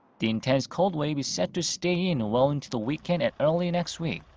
the intense cold wave is set to stay in well into the weekend and early next week.